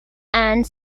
and